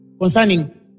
concerning